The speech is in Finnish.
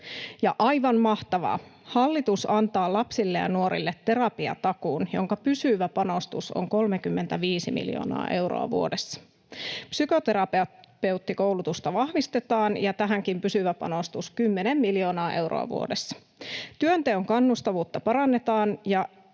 aivan mahtavaa: hallitus antaa lapsille ja nuorille terapiatakuun, jonka pysyvä panostus on 35 miljoonaa euroa vuodessa. Psykoterapeuttikoulutusta vahvistetaan, ja tähänkin on pysyvä panostus 10 miljoonaa euroa vuodessa. Työnteon kannustavuutta parannetaan,